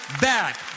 back